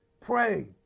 Pray